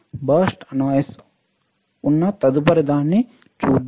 burst noise ఉన్న తదుపరిదాన్ని చూద్దాం